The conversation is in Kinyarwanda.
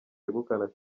yegukana